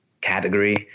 category